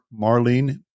Marlene